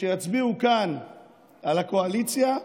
שכשיצביעו כאן על הקואליציה,